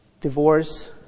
divorce